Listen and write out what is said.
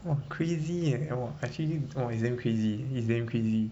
!wah! crazy eh !wah! actually !wah! it's damn crazy it's damn crazy